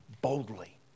boldly